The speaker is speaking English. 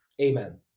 Amen